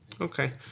Okay